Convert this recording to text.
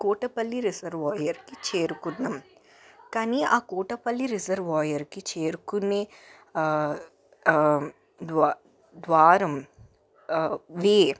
కోటపల్లి రిజర్వాయర్కి చేరుకున్నాం కానీ ఆ కోటపల్లి రిజర్వాయర్కి చేరుకునే ద్వా ద్వారం వేర్